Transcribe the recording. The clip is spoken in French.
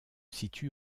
situe